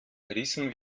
rissen